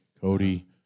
Cody